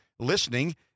listening